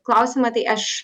klausimą tai aš